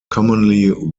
commonly